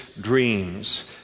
dreams